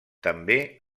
també